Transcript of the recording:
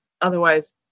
otherwise